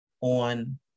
on